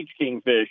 kingfish